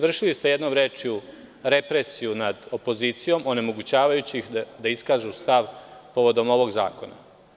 Vršili ste, jednom rečju, represiju nad opozicijom, onemogućavajući ih da iskažu stav povodom ovog zakona.